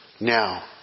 Now